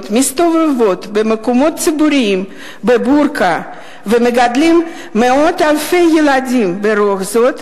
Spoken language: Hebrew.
מסתובבות במקומות ציבוריים עם בורקה ומגדלות מאות-אלפי ילדים ברוח זו,